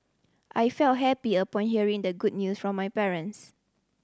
I felt happy upon hearing the good news from my parents